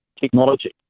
technology